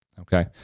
okay